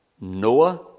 Noah